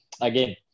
Again